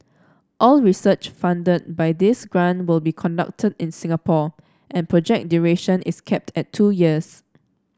all research funded by this grant would be conducted in Singapore and project duration is capped at two years